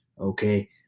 Okay